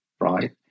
right